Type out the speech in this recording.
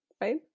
right